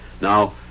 Now